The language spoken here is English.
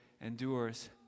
endures